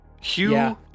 Hugh